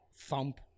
thump